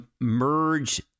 merge